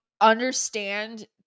understand